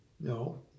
No